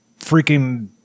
freaking